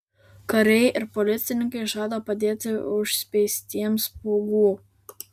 kariai ir policininkai žada padėti užspeistiems pūgų